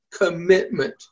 commitment